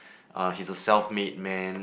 uh he is a self made man